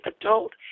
adult